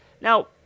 Now